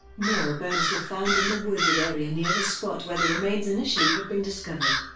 more bones were found in the wooded area near the spot where the remains initially had been discovered.